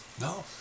No